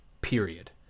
period